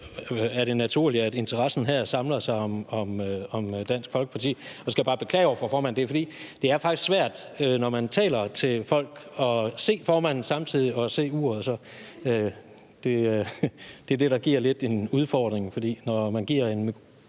er det naturligt, at interessen her samler sig om Dansk Folkeparti. Så skal jeg bare beklage over for formanden, men det er, fordi det faktisk er svært, når man taler til folk, at se formanden samtidig og at se uret. Det er det, der giver lidt af en udfordring, for når man giver en